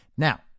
Now